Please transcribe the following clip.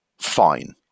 fine